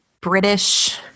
British